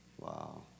Wow